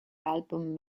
album